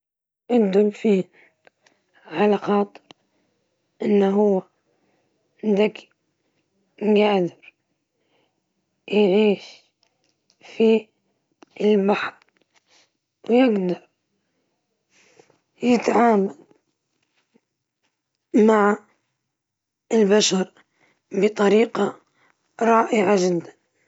نختار دولفين، لأنه ذكي ويحب اللعب، بالإضافة إلى أن حياته مليانة مغامرات في البحر.